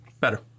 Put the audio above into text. Better